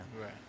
right